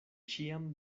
ĉiam